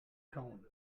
kauen